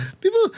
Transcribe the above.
people